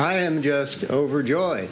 i am just overjoyed